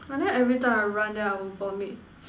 but then every time I run then I will vomit